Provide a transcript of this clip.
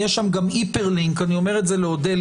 יש שם גם hyperlink אני אומר את זה לאודליה